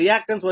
15 p